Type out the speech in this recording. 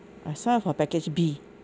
I sign up for package B